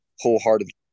wholeheartedly